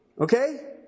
Okay